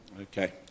Okay